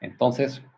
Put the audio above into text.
Entonces